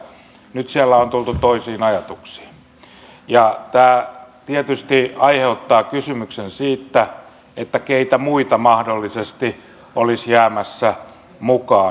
nyt siellä on tultu toisiin ajatuksiin ja tämä tietysti aiheuttaa kysymyksen siitä keitä muita mahdollisesti olisi jäämässä mukaan